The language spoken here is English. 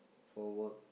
for work